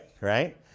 right